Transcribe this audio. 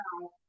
now